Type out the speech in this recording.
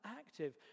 active